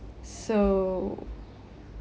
so